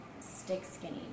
stick-skinny